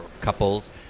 couples